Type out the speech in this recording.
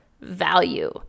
value